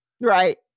Right